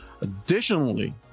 Additionally